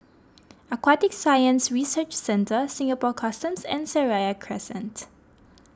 Aquatic Science Research Centre Singapore Customs and Seraya Crescent